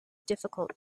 difficult